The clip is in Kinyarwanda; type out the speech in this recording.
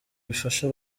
bifasha